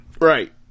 Right